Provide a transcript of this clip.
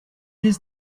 does